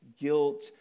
guilt